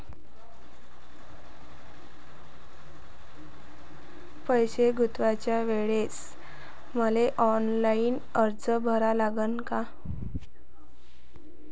पैसे गुंतवाच्या वेळेसं मले ऑफलाईन अर्ज भरा लागन का?